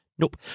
Nope